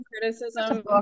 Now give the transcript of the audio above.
criticism